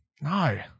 no